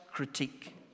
critique